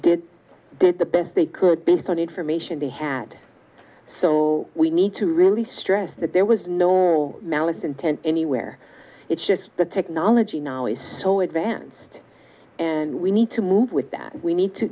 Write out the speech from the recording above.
did did the best they could based on information they had so we need to really stress that there was no malice intent anywhere it's just the technology now is so advanced and we need to move with that we need to